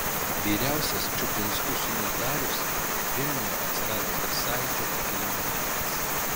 vyriausias čuplinskų sūnus darius vilniuje atsirado dar sąjūdžio pakilimo metais